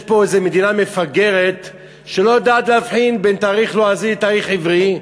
יש פה איזו מדינה מפגרת שלא יודעת להבחין בין תאריך לועזי לתאריך עברי,